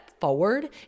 forward